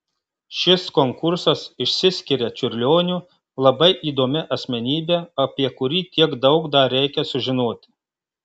šis konkursas išsiskiria čiurlioniu labai įdomia asmenybe apie kurį tiek daug dar reikia sužinoti